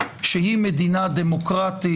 שהיא מדינה דמוקרטית,